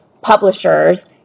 publishers